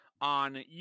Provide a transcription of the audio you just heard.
On